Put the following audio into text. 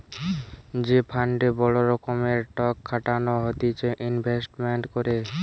যে ফান্ডে বড় রকমের টক খাটানো হতিছে ইনভেস্টমেন্ট করে